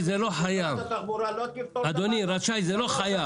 רשאי לתת הוראות --- רשאי זה לא חייב.